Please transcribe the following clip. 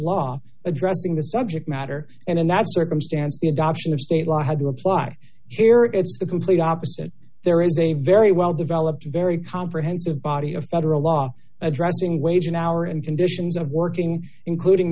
law addressing the subject matter and in that circumstance as the adoption of state law had to apply here it's the complete opposite there is a very well developed very comprehensive body of federal law addressing wage an hour and conditions of working including